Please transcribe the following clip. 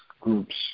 groups